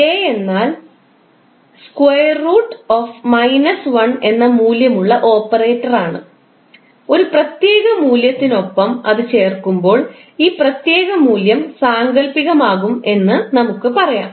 j എന്നാൽ √−1 എന്ന മൂല്യമുള്ള ഓപ്പറേറ്ററാണ് ഒരു പ്രത്യേക മൂല്യത്തിന് ഒപ്പം അത് ചേർക്കുമ്പോൾ ഈ പ്രത്യേക മൂല്യം സാങ്കൽപ്പികമാകും എന്ന് പറയാം